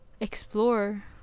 explore